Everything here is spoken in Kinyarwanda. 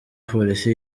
polisi